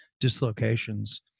dislocations